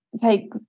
take